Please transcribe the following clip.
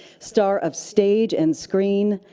star of stage and screen,